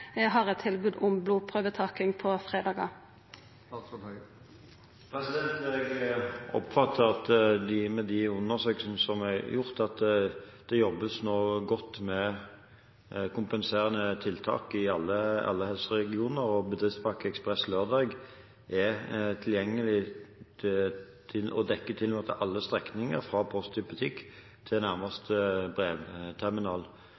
har tilbod om å ta blodprøve på fredagar. Jeg oppfattet, med de undersøkelsene som er gjort, at det nå jobbes godt med kompenserende tiltak i alle helseregioner, og Bedriftspakke Ekspress Lørdag er tilgjengelig og dekker tilnærmet alle strekninger fra Post i Butikk til nærmeste